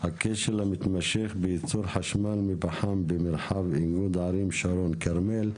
הכשל המתמשך בייצור חשמל מפחם במרחב איגוד ערים שרון-כרמל.